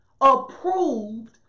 approved